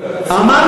לא שמעתי.